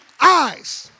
eyes